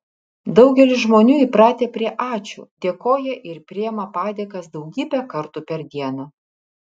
daugelis žmonių įpratę prie ačiū dėkoja ir priima padėkas daugybę kartų per dieną